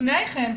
לפני כן,